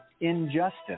injustice